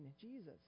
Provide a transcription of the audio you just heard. Jesus